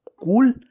cool